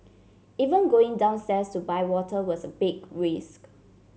even going downstairs to buy water was a big risk